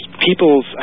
people's